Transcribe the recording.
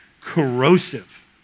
corrosive